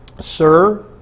sir